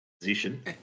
position